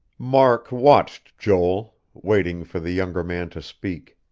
mark watched joel, waiting for the younger man to speak.